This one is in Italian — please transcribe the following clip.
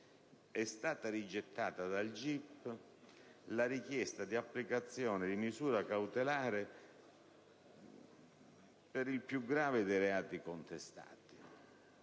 è stata rigettata dal GIP la richiesta di applicazione di misura cautelare per il più grave dei reati contestati,